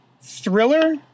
thriller